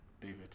David